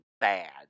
bad